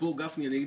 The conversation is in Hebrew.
מה היה